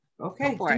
Okay